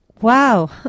wow